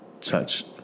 touch